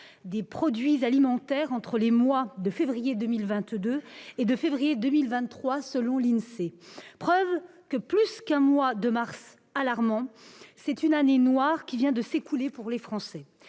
des produits alimentaires entre les mois de février 2022 et février 2023 selon l'Insee. Au-delà d'un mois de mars alarmant, c'est la preuve qu'une année noire vient de s'écouler pour les Français.